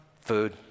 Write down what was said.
Food